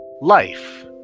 life